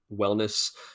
wellness